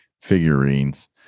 figurines